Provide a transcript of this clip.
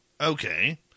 Okay